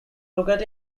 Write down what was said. located